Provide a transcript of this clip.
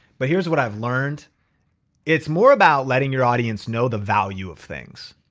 but here's what i've learned it's more about letting your audience know the value of things.